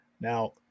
Now